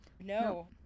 no